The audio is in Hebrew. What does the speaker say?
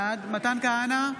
בעד מתן כהנא,